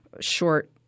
short –